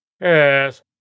Yes